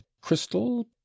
crystal